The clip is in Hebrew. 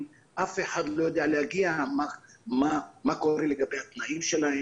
אף אחד לא יודע להגיד מה קורה לגבי התנאים שלהם,